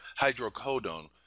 hydrocodone